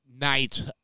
night